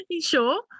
sure